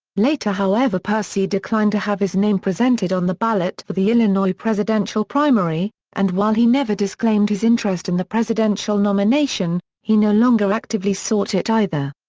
later however percy declined to have his name presented on the ballot for the illinois presidential primary, and while he never disclaimed his interest in the presidential nomination, he no longer actively sought it either.